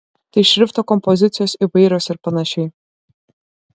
tai šrifto kompozicijos įvairios ir panašiai